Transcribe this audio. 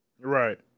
Right